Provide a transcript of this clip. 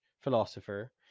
philosopher